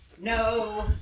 No